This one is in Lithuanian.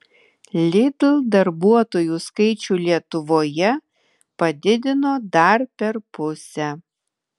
lidl darbuotojų skaičių lietuvoje padidino dar per pusę